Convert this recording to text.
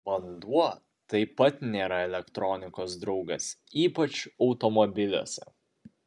vanduo taip pat nėra elektronikos draugas ypač automobiliuose